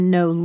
no